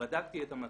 בדקתי את המצב.